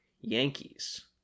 Yankees